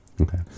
Okay